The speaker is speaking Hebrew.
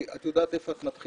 לא.